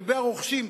לגבי הרוכשים,